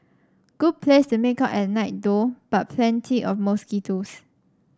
good place to make out at night though but plenty of mosquitoes